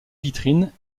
vitrines